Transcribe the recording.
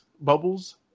bubbles